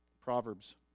Proverbs